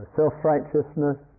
self-righteousness